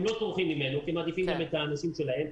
הם לא קונים ממנו כי הם מעדיפים לקנות בחנות שלהם.